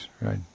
right